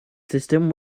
system